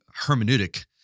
hermeneutic